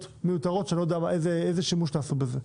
מיותרות שאני לא יודע איזה שימוש תעשו בזה.